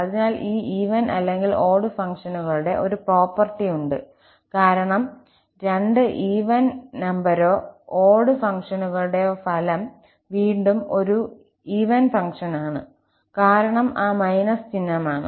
അതിനാൽ ഈ ഈവൻ അല്ലെങ്കിൽ ഓട് ഫംഗ്ഷനുകളുടെ ഒരു സ്വത്ത് ഉണ്ട് കാരണം രണ്ടോ ഈവൻ രണ്ടോ ഓട് ഫംഗ്ഷനുകളുടെ ഫലം വീണ്ടും ഒരു ഇരട്ട ഫംഗ്ഷനാണ് കാരണം ആ ′′ ചിഹ്നമാണ്